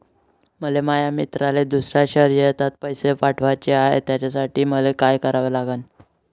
मले माया मित्राले दुसऱ्या शयरात पैसे पाठवाचे हाय, त्यासाठी मले का करा लागन?